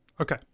Okay